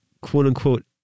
quote-unquote